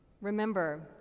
Remember